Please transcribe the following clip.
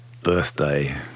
birthday